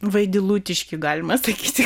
vaidilutiški galima sakyti